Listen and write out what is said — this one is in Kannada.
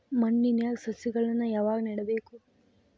ಮಣ್ಣಿನ್ಯಾಗ್ ಸಸಿಗಳನ್ನ ಯಾವಾಗ ನೆಡಬೇಕು?